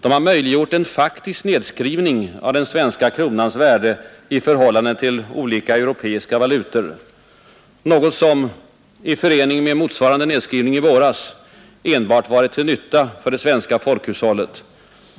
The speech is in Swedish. De har möjliggjort en faktisk nedskrivning av den svenska kronans värde i förhållande till olika europeiska valutor, något som — i förening med motsvarande nedskrivning i våras — enbart varit till nytta för det svenska folkhushållet